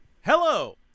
Hello